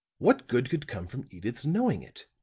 what good could come from edyth's knowing it?